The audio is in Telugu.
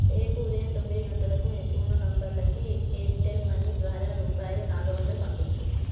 రేపు ఉదయం తొమ్మిది గంటలకు ఎంచుకున్న నంబర్లకి ఎయిర్టెల్ మనీ ద్వారా రూపాయలు నాలుగు వందలు పంపించుము